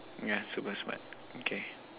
yeah super smart okay